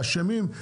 אשמים,